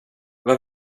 vad